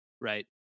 right